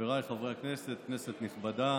חבריי חברי הכנסת, כנסת נכבדה,